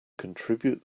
contribute